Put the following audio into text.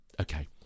Okay